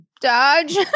dodge